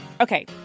Okay